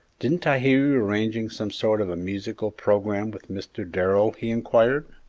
didn't i hear you arranging some sort of a musical programme with mr. darrell? he inquired.